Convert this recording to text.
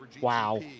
Wow